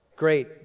great